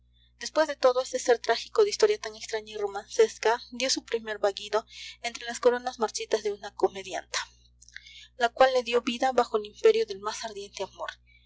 después de todo ese sér trágico de historia tan extraña y romancesca dio su primer vagido entre las coronas marchitas de una comedianta la cual le dio vida bajo el imperio del más ardiente amor